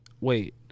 wait